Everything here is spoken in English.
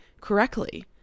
correctly